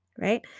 right